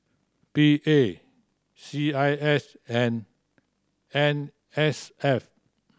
P A C I S and N S F